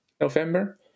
November